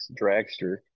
Dragster